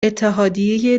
اتحادیه